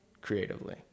creatively